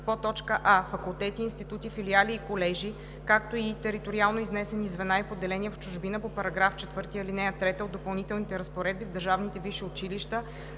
2, т. 1: а) факултети, институти, филиали и колежи, както и териториално изнесени звена и поделения в чужбина по § 4, ал. 3 от допълнителните разпоредби в държавните висши училища,